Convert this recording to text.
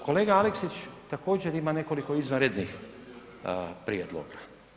Kolega Aleksić također ima nekoliko izvanrednih prijedloga.